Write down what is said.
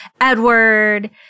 Edward